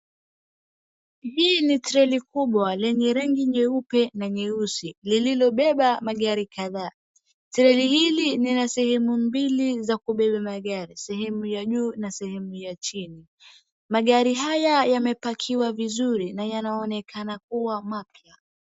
Hii ni treli kubwa lenye rangi nyeupe na nyeusi lilobeba magari kadhaa treli hili lina sehemu mbili za kubeba magari sehemu ya juu ma sehemu ya chini. Magari haya yamepakiwa vizuri na yanaonekana kuwa mapya.